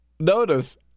notice